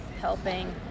helping